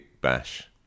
bash